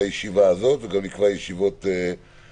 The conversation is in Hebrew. הישיבה הזאת וגם נקבע את הישיבות הבאות.